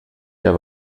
der